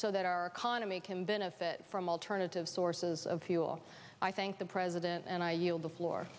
so that our economy can benefit from alternative sources of fuel i thank the president and i yield the floor